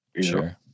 Sure